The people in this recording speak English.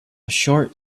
short